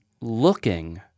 looking